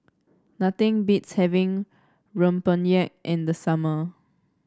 nothing beats having rempeyek in the summer